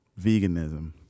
veganism